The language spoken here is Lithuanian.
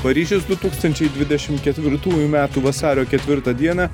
paryžius du tūkstančiai dvidešimt ketvirtųjų metų vasario ketvirtą dieną